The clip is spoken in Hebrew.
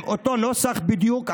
ועם אותו נוסח בדיוק,